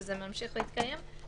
וזה ממשיך להתקיים,